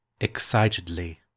Excitedly